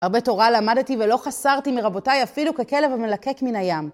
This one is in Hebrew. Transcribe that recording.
הרבה תורה למדתי ולא חסרתי מרבותיי אפילו ככלב המלקק מן הים.